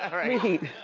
and reheat.